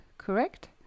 Correct